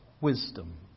Wisdom